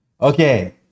Okay